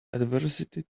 adversity